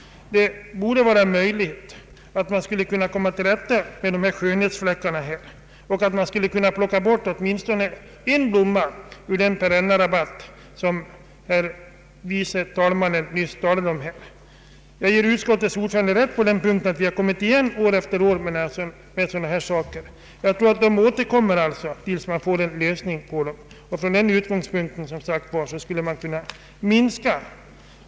Det borde då vara möjligt att komma till rätta med de skönhetsfläckar som finns och att plocka bort åtminstone en blomma ur den perennrabatt som herr vice talmannen Strand nyss talade om. Utskottets ordförande har rätt när han säger att vi har återkommit med denna fråga år efter år. Jag tror att den återkommer även i fortsättningen tills den får en lösning.